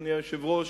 אדוני היושב-ראש,